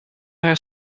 haar